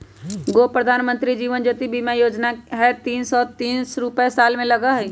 गो प्रधानमंत्री जीवन ज्योति बीमा योजना है तीन सौ तीस रुपए साल में लगहई?